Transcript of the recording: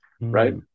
right